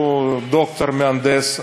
שהוא דוקטור מהנדס,